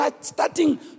starting